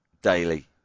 Daily